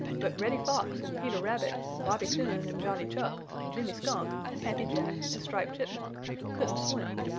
but reddy fox and peter rabbit and bobby coon and johnny chuck and jimmy skunk and happy jack and striped chipmunk couldn't swim,